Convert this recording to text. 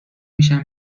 میشم